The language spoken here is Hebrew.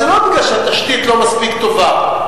אז זה לא בגלל שהתשתית לא מספיק טובה,